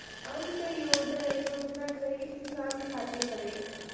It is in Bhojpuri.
अन्त्योदय योजना गरीब किसान खातिर हवे